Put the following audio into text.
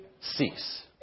cease